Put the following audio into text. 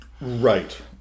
Right